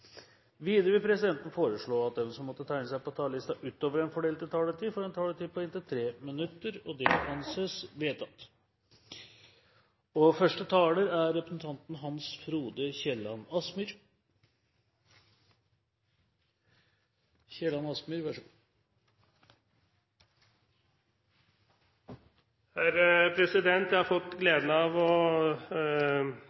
Videre vil presidenten foreslå at de som måtte tegne seg på talerlisten utover den fordelte taletid, får en taletid på inntil 3 minutter. – Det anses vedtatt. Jeg har fått